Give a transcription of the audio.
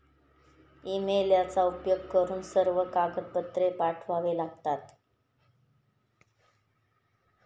ईमेलचा उपयोग करून सर्व कागदपत्रे पाठवावे लागतात